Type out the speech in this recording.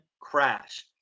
crash